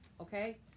Okay